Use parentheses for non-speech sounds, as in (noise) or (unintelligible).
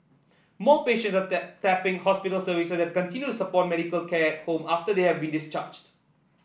more patients are (unintelligible) tapping hospital services that continue support medical care home after they have been discharged